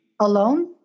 alone